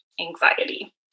anxiety